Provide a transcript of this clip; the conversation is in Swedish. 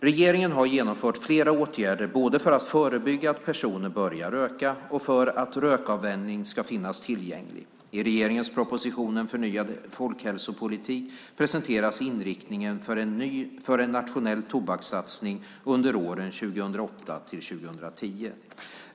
Regeringen har genomfört flera åtgärder både för att förebygga att personer börjar röka och för att rökavvänjning ska finnas tillgänglig. I regeringens proposition En förnyad folkhälsopolitik presenteras inriktningen för en nationell tobakssatsning under åren 2008-2010.